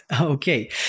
Okay